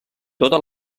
tota